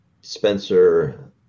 spencer